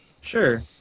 Sure